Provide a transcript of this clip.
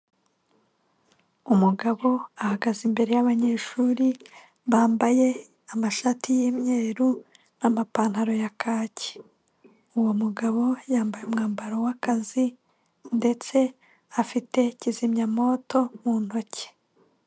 Umugabo ahagaze imbere y'abanyeshuri, bambaye amashati y'imyeru n'amapantaro ya kaki uwo mugabo yambaye umwambaro w'akazi ndetse afite kizimyamwoto mu ntoki.